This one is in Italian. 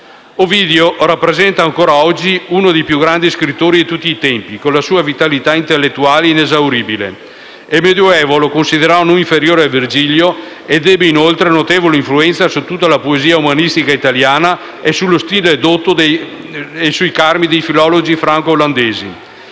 Ovidio rappresenta ancora oggi uno dei più grandi scrittori di tutti i tempi, con la sua vitalità intellettuale inesauribile. Il Medioevo lo considerò non inferiore a Virgilio ed ebbe inoltre notevole influenza su tutta la poesia umanistica italiana e sullo stile dotto e sui carmi dei filologi franco-olandesi.